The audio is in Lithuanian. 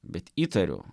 bet įtariu